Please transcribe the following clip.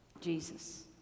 Jesus